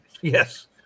Yes